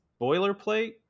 boilerplate